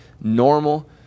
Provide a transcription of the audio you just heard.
normal